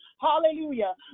hallelujah